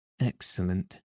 excellent